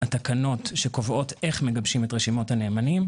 התקנות שקובעות איך מגבשים את רשימות נאמנים.